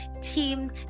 Team